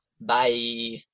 Bye